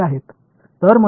நான் நன்றாக இருக்கிறேனா